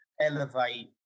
elevate